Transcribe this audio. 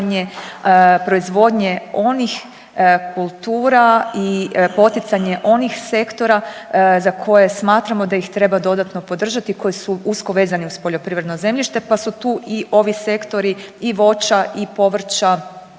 bodovanje proizvodnje onih kultura i poticanje onih sektora za koje smatramo da ih treba dodatno podržati koji su usko vezani uz poljoprivredno zemljište pa su tu i ovi sektori i voća i povrća